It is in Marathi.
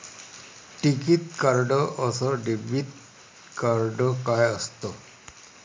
टिकीत कार्ड अस डेबिट कार्ड काय असत?